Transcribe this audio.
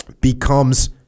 becomes